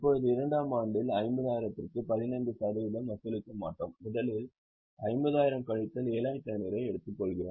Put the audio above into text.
இப்போது இரண்டாம் ஆண்டில் 50000 க்கு 15 சதவிகிதம் வசூலிக்க மாட்டோம் முதலில் 50000 கழித்தல் 7500 ஐ எடுத்துக்கொள்கிறோம்